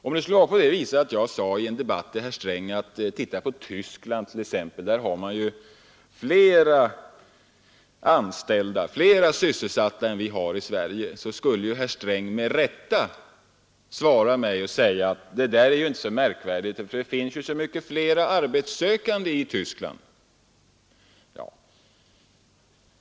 Om jag sade i en debatt med herr Sträng att i Tyskland har man flera sysselsatta än vi har i Sverige, så skulle herr Sträng med rätta svara mig att det inte är så märkvärdigt, eftersom det finns så många flera arbetssökande i Tyskland.